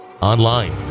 Online